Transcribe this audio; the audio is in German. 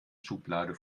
schublade